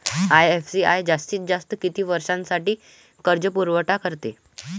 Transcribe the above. IFCI जास्तीत जास्त किती वर्षासाठी कर्जपुरवठा करते?